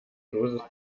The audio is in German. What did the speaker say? dosis